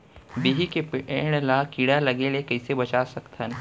बिही के पेड़ ला कीड़ा लगे ले कइसे बचा सकथन?